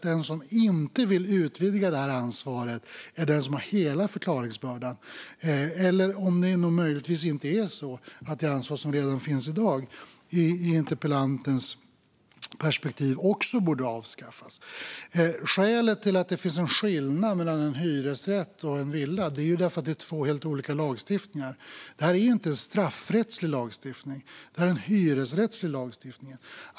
Den som inte vill utvidga ansvaret är den som har hela förklaringsbördan, om det möjligtvis inte är så att det ansvar som redan finns i dag i interpellantens perspektiv också borde avskaffas. Skälet till att det finns en skillnad mellan en hyresrätt och en villa är att det finns två helt olika lagstiftningar. Detta är inte en straffrättslig lagstiftning, utan det är en hyresrättslig lagstiftning.